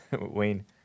Wayne